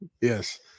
Yes